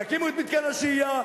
תקימו את מתקן השהייה,